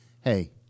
Hey